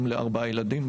אם לארבעה ילדים,